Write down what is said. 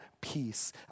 Peace